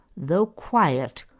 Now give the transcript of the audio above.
though quiet,